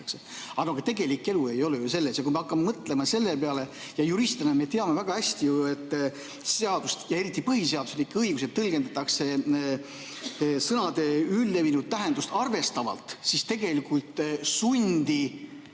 aga tegelik elu ei ole ju selline. Kui me hakkame mõtlema selle peale, ja juristidena me teame väga hästi, et seadust ja eriti põhiseaduslikke õigusi tõlgendatakse sõnade üldlevinud tähendust arvestavalt, siis tegelikult sundi